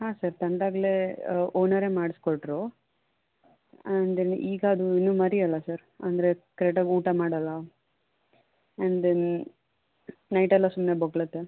ಹಾಂ ಸರ್ ತಂದಾಗಲೇ ಓನರೆ ಮಾಡ್ಸಿಕೊಟ್ರು ಅಂದರೆ ಈಗ ಅದು ಇನ್ನೂ ಮರಿಯಲ್ವ ಸರ್ ಅಂದರೆ ಕರೆಕ್ಟಾಗಿ ಊಟ ಮಾಡೋಲ್ಲ ಆ್ಯಂಡ್ ದೆನ್ ನೈಟೆಲ್ಲ ಸುಮ್ಮನೆ ಬೊಗಳುತ್ತೆ